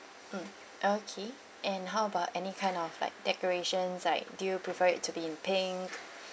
mm okay and how about any kind of like decorations like do you prefer it to be in pink